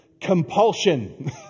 compulsion